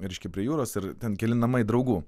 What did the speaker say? reiškia prie jūros ir ten keli namai draugų